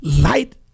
Light